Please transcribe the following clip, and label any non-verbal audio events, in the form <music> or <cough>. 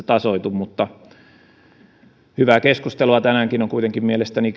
<unintelligible> tasoitu hyvää keskustelua tänäänkin on kuitenkin mielestäni <unintelligible>